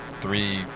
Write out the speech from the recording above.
three